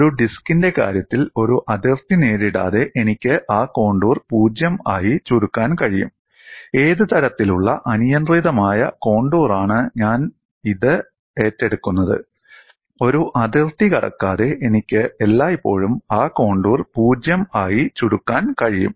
ഒരു ഡിസ്കിന്റെ കാര്യത്തിൽ ഒരു അതിർത്തി നേരിടാതെ എനിക്ക് ആ കോണ്ടൂർ 0 ആയി ചുരുക്കാൻ കഴിയും ഏത് തരത്തിലുള്ള അനിയന്ത്രിതമായ കോണ്ടൂറാണ് ഞാൻ ഇത് ഏറ്റെടുക്കുന്നത് ഒരു അതിർത്തി കടക്കാതെ എനിക്ക് എല്ലായ്പ്പോഴും ആ കോണ്ടൂർ 0 ആയി ചുരുക്കാൻ കഴിയും